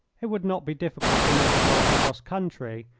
it would not be difficult for me to ride across country,